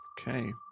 okay